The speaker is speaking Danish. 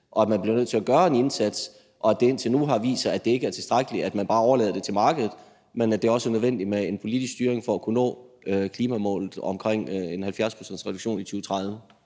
og at man bliver nødt til at gøre en indsats, og at det indtil nu har vist sig, at det ikke er tilstrækkeligt, at man bare overlader det til markedet, men at det også er nødvendigt med en politisk styring for at kunne nå klimamålet omkring en 70-procentsreduktion i 2030.